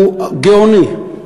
הוא גאוני.